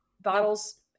bottles